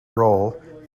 roll